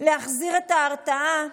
ושל להחזיר את ההרתעה,